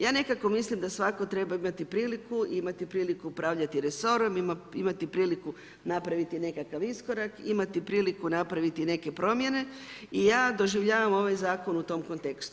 Ja nekako mislim da svatko treba imati priliku, imati priliku upravljati resorom, imati priliku napraviti nekakav iskorak, imati priliku napraviti neke promjene i ja doživljavam ovaj zakon u tom kontekstu.